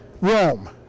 Rome